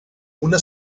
una